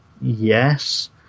Yes